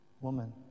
woman